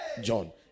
john